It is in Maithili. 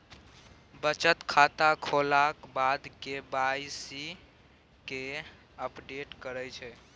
बचत खाता खोललाक बाद के वाइ सी केँ अपडेट करय परै छै